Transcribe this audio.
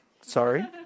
sorry